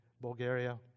Bulgaria